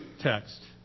text